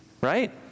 right